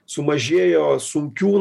sumažėjo sunkių